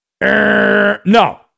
No